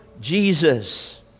Jesus